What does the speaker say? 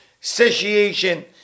satiation